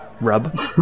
rub